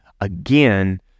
again